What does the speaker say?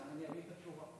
אני אביא את התשובה.